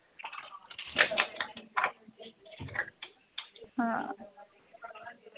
आं